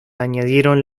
añadieron